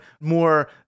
more